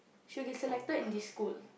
she'll get selected in this school